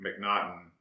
McNaughton